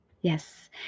Yes